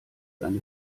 seine